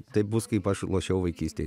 tai bus kaip aš lošiau vaikystėj